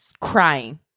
crying